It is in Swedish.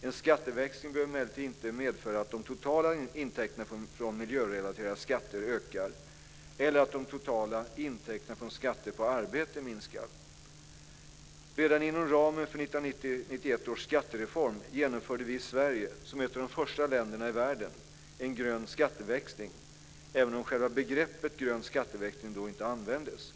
En skatteväxling behöver emellertid inte medföra att de totala intäkterna från miljörelaterade skatter ökar eller att de totala intäkterna från skatter på arbete minskar. Redan inom ramen för 1990-91 års skattereform genomförde vi i Sverige, som ett av de första länderna i världen, en grön skatteväxling - även om begreppet "grön skatteväxling" inte användes då.